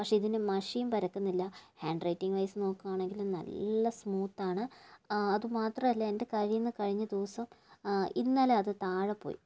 പക്ഷെ ഇതിന് മഷിയും പരക്കുന്നില്ല ഹാന്ഡ് റൈറ്റിംഗ്വൈസ് നോക്കുവാണെങ്കില് നല്ല സ്മൂത്ത് ആണ് അത് മാത്രവുമല്ല എന്റെ കയ്യിൽ നിന്ന് കഴിഞ്ഞ ദിവസം ഇന്നലെ അത് താഴെ പോയി